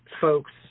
folks